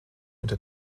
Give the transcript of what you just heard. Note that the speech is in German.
unter